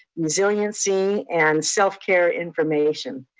resiliency, and self-care information.